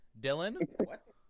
Dylan